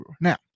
Now